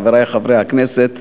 חברי חברי הכנסת,